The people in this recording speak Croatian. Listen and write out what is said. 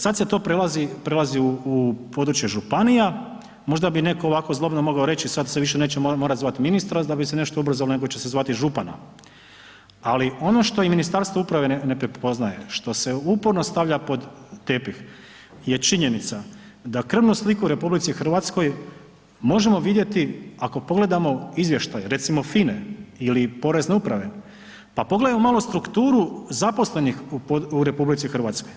Sad se to prelazi u područje županija, možda bi netko ovako zlobno mogao reći sad se više neće morat zvat ministra da bi se nešto ubrzalo nego će se zvati župana, ali ono što i Ministarstvo uprave ne prepoznaje što se uporno stavlja pod tepih je činjenica da krvnu sliku u RH možemo vidjeti ako pogledamo izvještaj recimo FINE ili Porezne uprave, pa pogledajmo malo strukturu zaposlenih u RH.